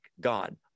God